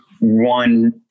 one